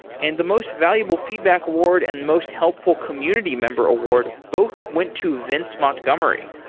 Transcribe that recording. and the most valuable feedback award and most helpful community member award both went to vince montgomery,